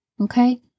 Okay